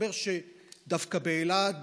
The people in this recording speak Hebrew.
מסתבר שדווקא באילת,